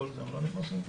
הם לא נכנסים פה?